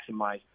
maximize